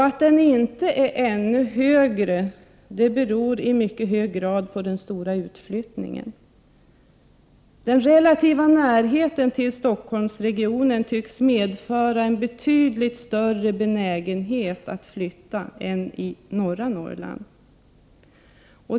Att den inte är ännu större beror i mycket hög grad på den stora utflyttningen. Den relativa närheten till Stockholmsregionen tycks medföra en betydligt större benägenhet att flytta än vad som är fallet i norra Norrland.